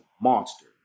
monster